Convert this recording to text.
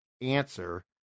answer